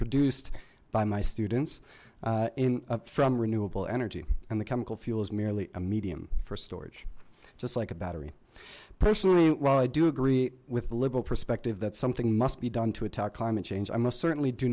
produced by my students in from renewable energy and the chemical fuel is merely a medium for storage just like a battery personally while i do agree with the liberal perspective that something must be done to attack climate change i most certainly do